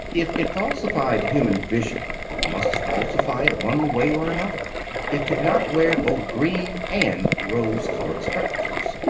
if it falsified human vision it must falsify it one way or another it could not wear both green and rose-coloured spectacles.